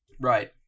Right